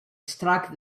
struck